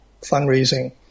fundraising